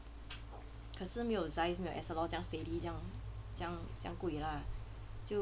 可是没有没有这样 steady 这样这样贵啦就